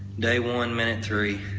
day one, minute three.